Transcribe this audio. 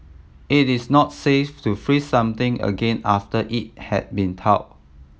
it is not safe to freeze something again after it had been thawed